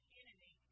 enemy